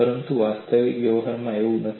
પરંતુ વાસ્તવિક વ્યવહારમાં એવું નથી